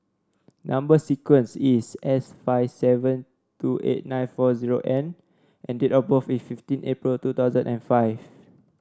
number sequence is S five seven two eight nine four zero N and date of birth is fifteen April two thousand and five